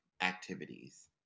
activities